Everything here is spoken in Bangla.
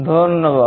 ধন্যবাদ